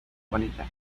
bonita